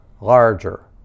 larger